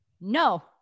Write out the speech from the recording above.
no